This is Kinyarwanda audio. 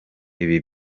ibi